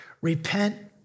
Repent